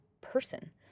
person